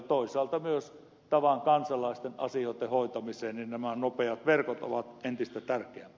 toisaalta myös tavan kansalaisten asioitten hoitamisessa nämä nopeat verkot ovat entistä tärkeämpiä